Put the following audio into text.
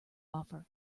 offer